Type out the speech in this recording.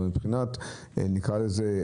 אבל מבחינת הציבור,